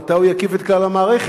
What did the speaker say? מתי הוא יקיף את כלל המערכת?